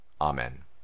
Amen